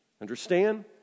Understand